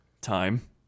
time